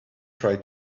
try